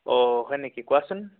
অঁ হয় নেকি কোৱাচোন